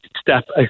step